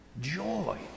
joy